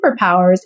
superpowers